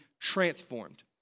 transformed